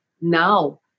now